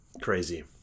crazy